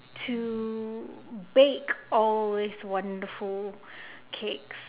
to bake all these wonderful cakes